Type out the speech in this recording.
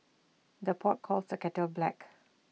the pot calls the kettle black